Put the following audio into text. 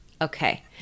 Okay